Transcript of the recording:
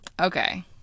Okay